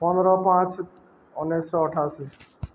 ପନ୍ଦର ପାଞ୍ଚ ଉନେଇଶି ଶହ ଅଠାଅଶୀ